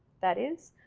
that is,